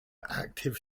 active